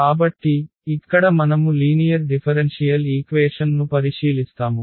కాబట్టి ఇక్కడ మనము లీనియర్ డిఫరెన్షియల్ ఈక్వేషన్ ను పరిశీలిస్తాము